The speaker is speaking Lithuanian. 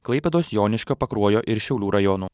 klaipėdos joniškio pakruojo ir šiaulių rajonų